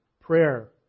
prayer